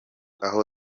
aho